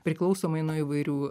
priklausomai nuo įvairių